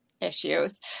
issues